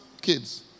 kids